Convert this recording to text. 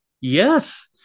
Yes